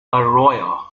arroyo